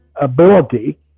ability